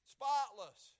spotless